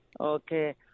Okay